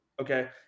okay